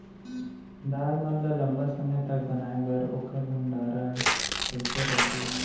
दाल मन ल लम्बा समय तक बनाये बर ओखर भण्डारण कइसे रखबो?